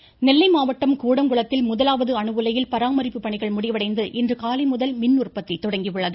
கூடங்குளம் நெல்லை மாவட்டம் கூடங்குளத்தில் முதலாவது அணு உலையில் பராமரிப்பு பணிகள் முடிவடைந்து இன்றுகாலை முதல் மின் உற்பத்தி தொடங்கியுள்ளது